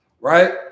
right